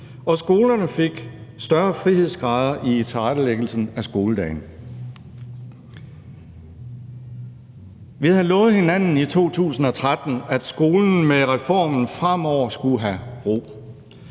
og skolerne fik større frihedsgrader i tilrettelæggelsen af skoledagen. Vi havde lovet hinanden i 2013, at skolen med reformen fremover skulle have ro,